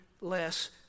less